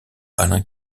alain